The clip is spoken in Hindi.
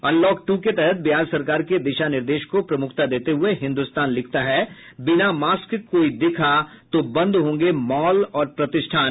अनलॉक टू के तहत बिहार सरकार के दिशा निर्देश को प्रमुखता देते हुये हिन्दुस्तान लिखता है बिना मास्क कोई दिखा तो बंद होंगे मॉल और प्रतिष्ठान